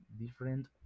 different